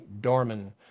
dorman